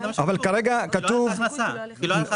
כל ההוצאות יירשמו בחברה,